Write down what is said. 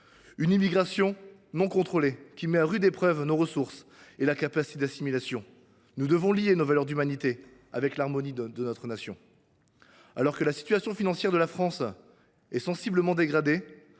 L’immigration non contrôlée met à rude épreuve nos ressources et notre capacité d’assimilation. Nous devons lier nos valeurs d’humanité à l’harmonie de notre Nation. Alors que la situation financière de la France est sensiblement dégradée,